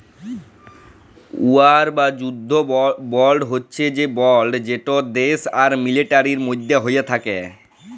war বা যুদ্ধ বল্ড হছে সে বল্ড যেট দ্যাশ আর মিলিটারির মধ্যে হ্যয়ে থ্যাকে